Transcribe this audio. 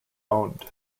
owned